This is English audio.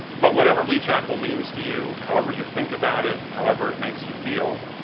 but whatever lee chapel means to you, however you think about it, however it makes you feel,